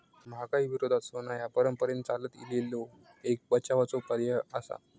महागाई विरोधात सोना ह्या परंपरेन चालत इलेलो एक बचावाचो पर्याय आसा